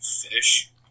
fish